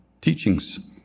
teachings